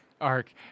Ark